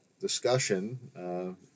discussion